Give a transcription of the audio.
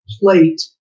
plate